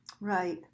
Right